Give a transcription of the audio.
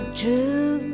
true